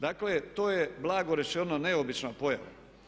Dakle, to je blago rečeno neobična pojava.